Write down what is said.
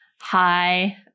Hi